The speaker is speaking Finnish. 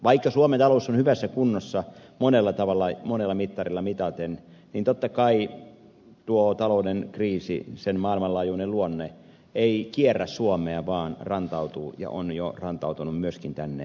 vaikka suomen talous on hyvässä kunnossa monella tavalla monella mittarilla mitaten niin tietenkään tuo talouden kriisi sen maailmanlaajuinen luonne ei kierrä suomea vaan rantautuu ja on jo rantautunut myöskin tänne meille